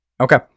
Okay